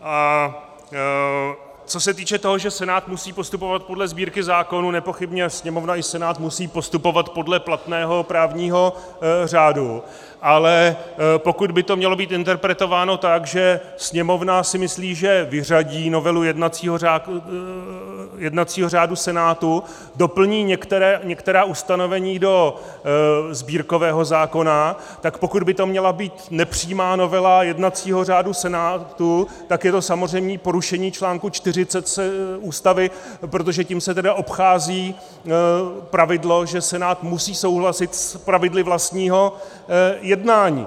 A co se týče toho, že Senát musí postupovat podle Sbírky zákonů, nepochybně Sněmovna i Senát musí postupovat podle platného právního řádu, ale pokud by to mělo být interpretováno tak, že Sněmovna si myslí, že vyřadí novelu jednacího řádu Senátu, doplní některá ustanovení do sbírkového zákona, tak pokud by to měla být nepřímá novela jednacího řádu Senátu, tak je to samozřejmě porušení článku 40 Ústavy, protože tím se obchází pravidlo, že Senát musí souhlasit s pravidly vlastního jednání.